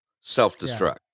Self-destruct